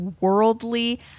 worldly